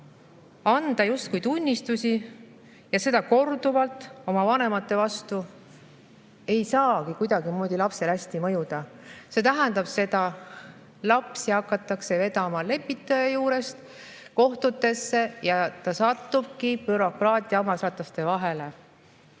Anda justkui tunnistusi ja teha seda korduvalt oma vanemate vastu ei saagi kuidagimoodi lapsele hästi mõjuda. See tähendab seda, et last hakatakse vedama lepitaja juurest kohtutesse ja ta satubki bürokraatia hammasrataste vahele.